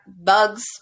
bugs